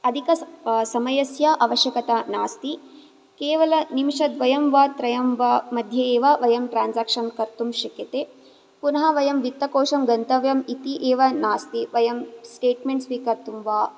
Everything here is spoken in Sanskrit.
अधिकसमयस्य अवश्यकता नास्ति केवल निमिषद्वयं वा त्रयं वा मध्ये एव वयं ट्राञ्जाक्शन् कर्तुं शक्यते पुनः वयं वित्तकोषं गन्तव्यम् इति एव नास्ति वयं स्टेट्मेण्ट् स्वीकर्तुं वा